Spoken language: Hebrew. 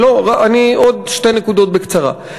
עוד שתי נקודות בקצרה.